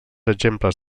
exemples